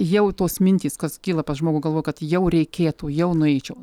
jau tos mintys kas kyla pas žmogų galvoja kad jau reikėtų jau nueičiau